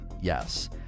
Yes